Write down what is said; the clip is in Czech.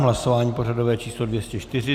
Hlasování pořadové číslo 204.